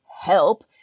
help